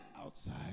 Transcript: outside